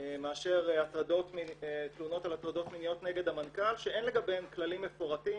מאשר תלונות על הטרדות מיניות נגד המנכ"ל שאין לגביהן כללים מפורטים